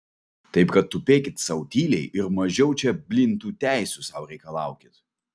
taip kad tupėkit sau tyliai ir mažiau čia blyn tų teisių sau reikalaukit